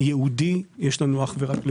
ייעודי יש לנו אך ורק לבנים.